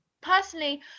personally